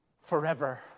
forever